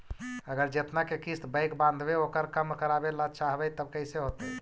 अगर जेतना के किस्त बैक बाँधबे ओकर कम करावे ल चाहबै तब कैसे होतै?